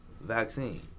vaccine